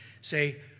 say